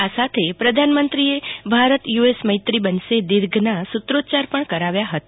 આ સાથે પ્રધાનમંત્રીએ ભારત યુ એસ મૈત્રી બનશે દીર્ધના સુ ત્રોચ્યાર પણ કરાવ્યા હતા